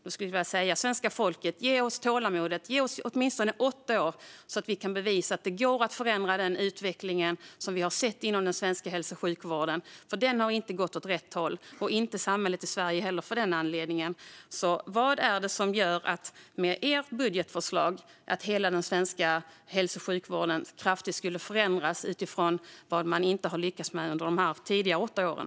Jag skulle vilja säga till svenska folket: Ge oss åtminstone åtta år så att vi kan bevisa att det går att förändra den utveckling som vi har sett inom den svenska hälso och sjukvården, för den har inte gått åt rätt håll. Det har inte heller det svenska samhället för den delen. Vad är det i ert budgetförslag som kraftigt skulle förändra hela den svenska hälso och sjukvården som ni inte har lyckats med under de tidigare åtta åren?